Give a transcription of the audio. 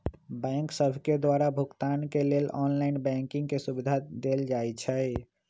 bank सभके द्वारा भुगतान के लेल ऑनलाइन बैंकिंग के सुभिधा देल जाइ छै